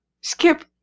Skip